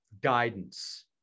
guidance